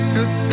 Good